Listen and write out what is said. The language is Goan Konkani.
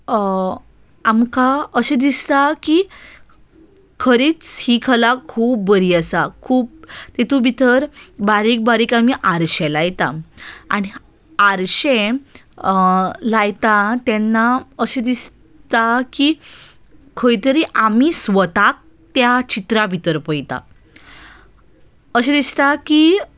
आमकां अशें दिसता की खरीच ही कला खूब बरी आसा खूब तातूंत भितर बारीक बारीक आमी आरशें लायता आनी आरशें लायता तेन्ना अशें दिसता की खंय तरी आमी स्वताक त्या चित्रां भितर पळयता अशें दिसता की